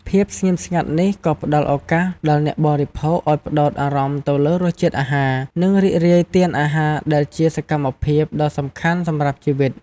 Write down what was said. ភាពស្ងៀមស្ងាត់នេះក៏ផ្តល់ឱកាសដល់អ្នកបរិភោគឱ្យផ្តោតអារម្មណ៍ទៅលើរសជាតិអាហារ និងរីករាយទានអាហារ ដែលជាសកម្មភាពដ៏សំខាន់សម្រាប់ជីវិត។